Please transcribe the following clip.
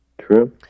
True